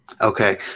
Okay